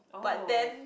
but then